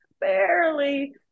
barely